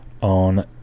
on